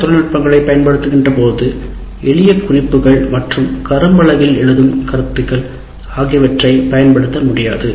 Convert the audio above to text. பிற தொழில்நுட்பங்கள் பயன்படுத்தப்படுகின்ற பொழுது எளிய குறிப்புகள் மற்றும் கரும்பலகையில் எழுதும் கருத்துக்கள் ஆகியவற்றை பயன்படுத்த முடியாது